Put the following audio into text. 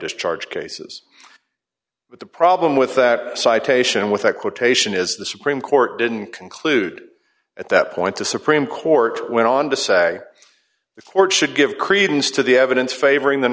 discharge cases but the problem with that citation with a quotation is the supreme court didn't conclude at that point the supreme court went on to say the court should give credence to the evidence favoring the